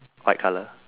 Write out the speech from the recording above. white colour